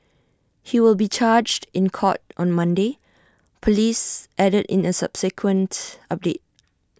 he will be charged in court on Monday Police added in A subsequent update